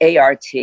ART